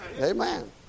Amen